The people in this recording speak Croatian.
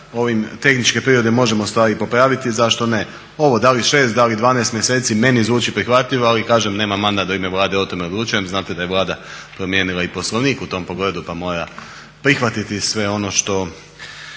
ovim tehničke prirode možemo ustvari i popraviti zašto ne. Ovo da li 6, da li 12 mjeseci, meni zvuči prihvatljivo ali kažem nemam mandat da u ime Vlade o tome odlučujem. Znate da je Vlada promijenila i Poslovnik u tom pogledu pa mora prihvatiti sve ono što,